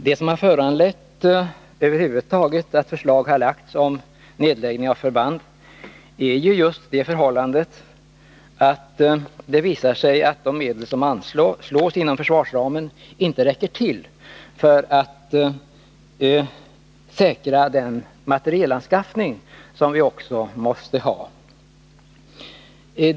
Det som har föranlett att förslag över huvud taget har lagts fram om vissa militärförnedläggning av förband är det förhållandet att det visar sig att de medel som hand anslås inom försvarsramen inte räcker till för att säkra den materielanskaffning som vi också måste ha.